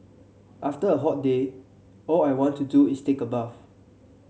after a hot day all I want to do is take a bath